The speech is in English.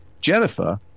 Jennifer